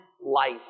life